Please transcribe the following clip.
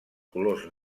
colors